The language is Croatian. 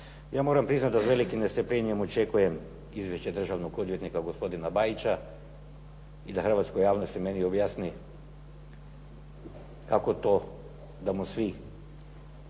Ja moram priznati da s velikim nestrpljenjem očekujem izvješće državnog odvjetnika gospodina Bajića i da hrvatskoj javnosti i meni objasni kako to da mu svi